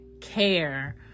care